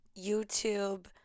youtube